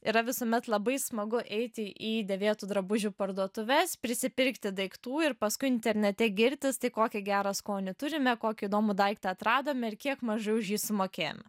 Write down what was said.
yra visuomet labai smagu eiti į dėvėtų drabužių parduotuves prisipirkti daiktų ir paskui internete girtis kokį gerą skonį turime kokį įdomų daiktą atradome ir kiek mažai už jį sumokėjome